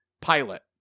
pilot